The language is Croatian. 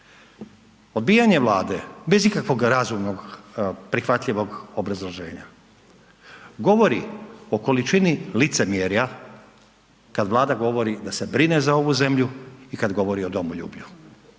Odbijanje Vlade bez ikakvog razumnog, prihvatljivog obrazloženja govori o količini licemjerka kad Vlada govori da se brine za ovu zemlju i kad govori o domoljublju.